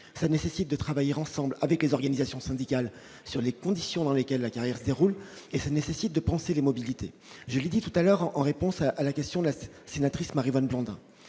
ça nécessite de travailler ensemble avec les organisations syndicales sur les conditions dans lesquelles la carrière se déroule et ça nécessite de penser les mobilités, j'ai dit tout à l'heure, en réponse à la question de la sénatrice Maryvonne Blondin,